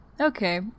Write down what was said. Okay